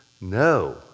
No